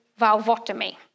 valvotomy